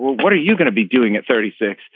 what are you going to be doing at thirty six.